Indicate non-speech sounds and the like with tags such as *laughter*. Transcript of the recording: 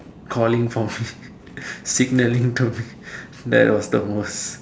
calling for me *laughs* signalling to me that was the most